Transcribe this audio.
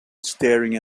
staring